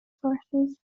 sources